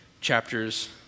chapters